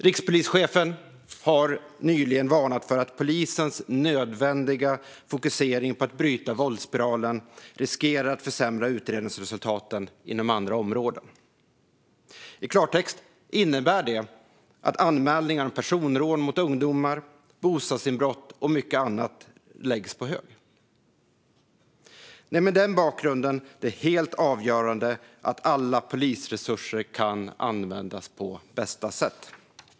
Rikspolischefen har nyligen varnat för att polisens nödvändiga fokusering på att bryta våldsspiralen riskerar att försämra utredningsresultaten inom andra områden. I klartext innebär detta att anmälningar om personrån mot ungdomar, bostadsinbrott och mycket annat läggs på hög. Mot denna bakgrund är det helt avgörande att alla polisresurser kan användas på bästa sätt.